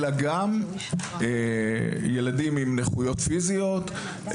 אלא גם ילדים עם נכויות פיזיות,